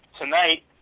tonight